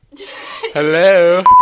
hello